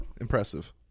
impressive